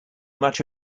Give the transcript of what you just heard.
much